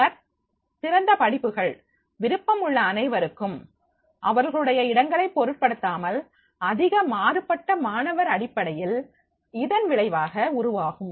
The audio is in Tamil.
பின்னர் திறந்த படிப்புகள் விருப்பம் உள்ள அனைவருக்கும் அவர்களுடைய இடங்களைப் பொருட்படுத்தாமல் அதிக மாறுபட்ட மாணவர் அடிப்படைகள் இதன் விளைவாக உருவாகும்